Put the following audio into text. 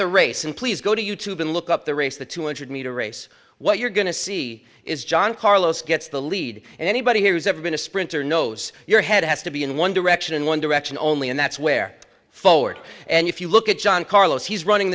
the race and please go to you tube and look up the race the two hundred meter race what you're going to see is john carlos gets the lead and anybody who's ever been a sprinter knows your head has to be in one direction and one direction only and that's where forward and if you look at john carlos he's running